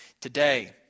today